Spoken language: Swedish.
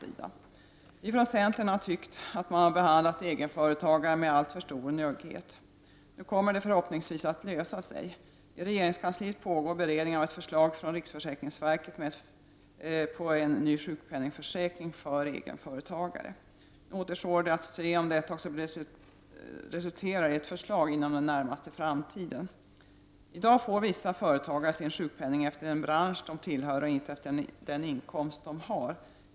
Vi från centern har tyckt att man behandlat egenföretagarna med alltför stor njugghet. Nu kommer denna fråga förhoppningsvis att lösas. I regeringskansliet pågår beredningen av ett förslag från riksförsäkringsverket till ny sjukpenningförsäkring för egenföretagare. Nu återstår det att se om detta också resulterar i ett förslag inom den närmaste framtiden. I dag får vissa företagare sjukpenning beroende på vilken bransch de tillhör och inte med hänsyn till den inkomst de har.